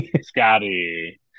Scotty